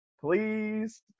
please